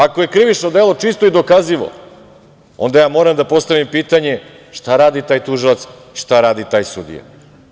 Ako je krivično delo čisto i dokazivo, onda ja moram da postavim pitanje šta radi taj tužilac, šta radi taj sudija?